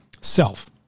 Self